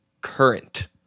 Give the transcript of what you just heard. current